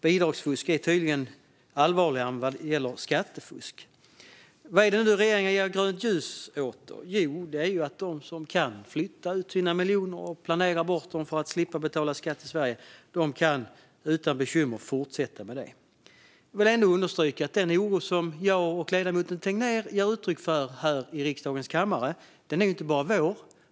Bidragsfusk är tydligen allvarligare än skattefusk. Vad är det då som regeringen nu ger grönt ljus för? Jo, det är att de som kan flytta ut sina miljoner och planera bort dem för att slippa betala skatt i Sverige utan bekymmer kan fortsätta med det. Jag vill understryka att den oro som jag och ledamoten Tegnér ger uttryck för här i riksdagens kammare, den är inte bara vår.